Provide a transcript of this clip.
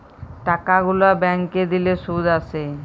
টাকা গুলা ব্যাংকে দিলে শুধ আসে